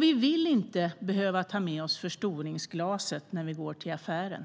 Vi vill inte behöva ta med oss förstoringsglaset när vi går till affären